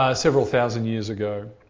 ah several thousand years ago.